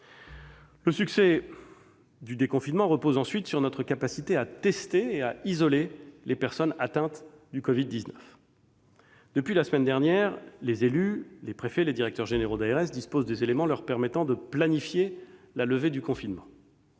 le succès du déconfinement repose sur notre capacité à tester et à isoler les personnes atteintes du Covid-19. Depuis la semaine dernière, les élus, les préfets, les directeurs généraux des agences régionales de santé (ARS) disposent des éléments leur permettant de planifier la levée du confinement.